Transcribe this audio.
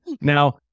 Now